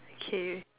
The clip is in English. okay